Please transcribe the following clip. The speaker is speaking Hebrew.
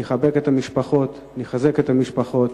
נחבק את המשפחות, נחזק את המשפחות,